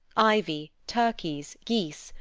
ivy, turkeys, geese,